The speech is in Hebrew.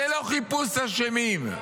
זה לא חיפוש אשמים.